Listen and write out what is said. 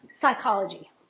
psychology